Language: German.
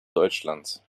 deutschlands